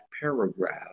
paragraph